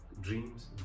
dreams